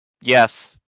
Yes